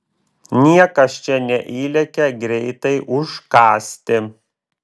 niekas čia neįlekia greitai užkąsti